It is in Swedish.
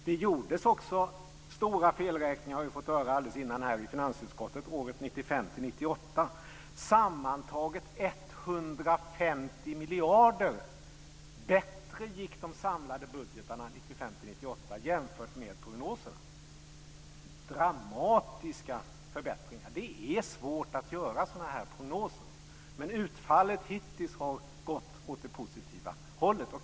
Det gjordes också stora felräkningar, har vi fått höra alldeles nyss i finansutskottet, åren 1995-1998. Sammantaget 150 miljarder bättre än prognoserna gick de samlade budgetarna dessa år - dramatiska förbättringar. Det är svårt att göra sådana här prognoser, men utfallet hittills har gått åt det positiva hållet.